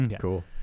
Cool